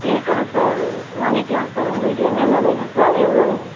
இருக்குது சார் வாங்கிக்கலாம் சார் உங்களுக்கு என்னென்ன வேணும் சார் எவ்வளோ வேணும்